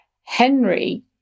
Henry